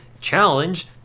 challenge